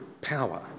power